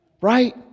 Right